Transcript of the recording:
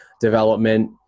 development